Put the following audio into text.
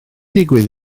digwydd